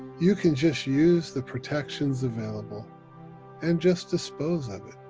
you can just use the protections available and just dispose of it,